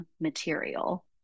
material